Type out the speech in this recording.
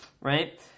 Right